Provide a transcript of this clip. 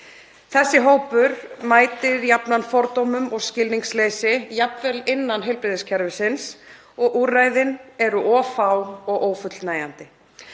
Þessi hópur mætir jafnan fordómum og skilningsleysi, jafnvel innan heilbrigðiskerfisins, og úrræðin eru of fá og ófullnægjandi.